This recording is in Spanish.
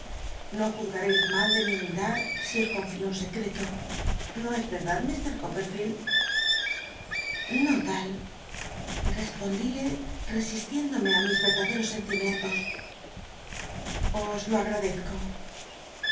no juzgareis rnal de mi humildad si os conrlo un sccreto no es vcrdad mr coppel'fleld o tal responclilc resistiéndome á mis erdadcros sentimientos os lo agradezco